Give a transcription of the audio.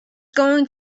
going